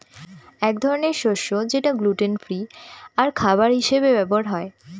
এক ধরনের শস্য যেটা গ্লুটেন ফ্রি আর খাবার হিসাবে ব্যবহার হয়